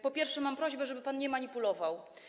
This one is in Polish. Po pierwsze, mam prośbę, żeby pan nie manipulował.